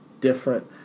different